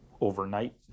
overnight